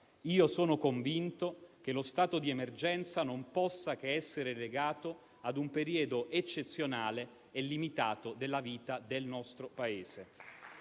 convinto che lo stato di emergenza non possa che essere legato a un periodo eccezionale e limitato della vita del nostro Paese.